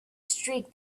streak